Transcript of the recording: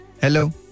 Hello